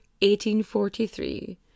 1843